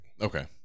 Okay